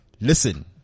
listen